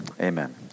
amen